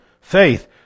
faith